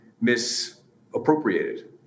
misappropriated